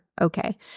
okay